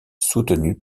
soutenu